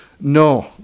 No